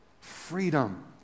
freedom